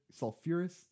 sulfurous